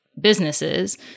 businesses